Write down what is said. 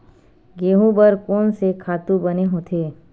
गेहूं बर कोन से खातु बने होथे?